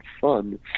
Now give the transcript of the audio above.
fun